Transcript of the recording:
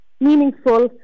meaningful